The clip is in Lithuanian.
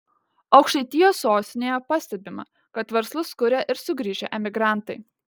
aukštaitijos sostinėje pastebima kad verslus kuria ir sugrįžę emigrantai